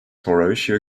horatio